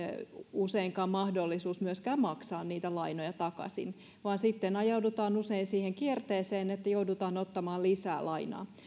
useinkaan mahdollisuus myöskään maksaa niitä lainoja takaisin vaan usein ajaudutaan siihen kierteeseen että joudutaan ottamaan lisää lainaa